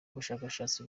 bushakashatsi